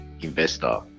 investor